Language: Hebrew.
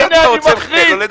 הנה אני מכריז.